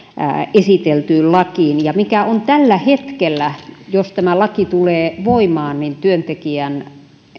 esiteltyyn lakiin ja mikä on tällä hetkellä jos tämä laki tulee voimaan työntekijän